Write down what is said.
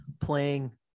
playing